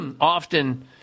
often